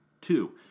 Two